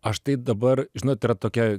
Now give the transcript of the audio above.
aš tai dabar žinot yra tokia